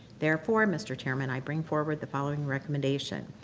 therefore, mr. chairman, i bring forward the following recommendation.